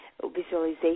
visualization